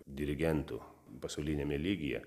dirigentų pasauliniame lygyje